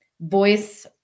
voice